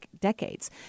decades